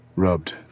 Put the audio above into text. Rubbed